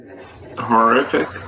horrific